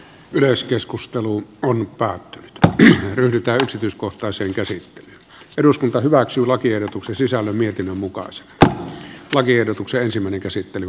yleiskeskusteluun mypa lähti ryhdytä yksityiskohtaisen käsi eduskunta hyväksyi lakiehdotuksen sisällä mietinnön mukaan se että lakiehdotuksen ensimmäinen käsittely